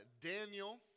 Daniel